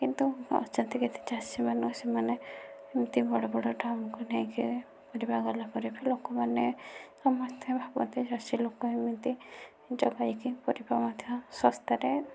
କିନ୍ତୁ ଅଛନ୍ତି କିଛି ଚାଷୀମାନେ ସେମାନେ ଏମିତି ବଡ଼ ବଡ଼ ଟାଉନକୁ ନେଇକି ପରିବା ଗଲାପରେ ବି ଲୋକମାନେ ସମସ୍ତେ ଭାବନ୍ତି ଚାଷୀ ଲୋକ ଏମିତି ଯୋଗାଇକି ପରିବା ମଧ୍ୟ ଶସ୍ତାରେ